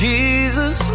Jesus